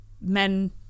men